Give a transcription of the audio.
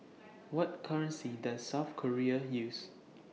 What currency Does South Korea use